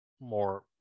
more